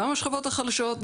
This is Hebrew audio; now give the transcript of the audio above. גם השכבות החלשות,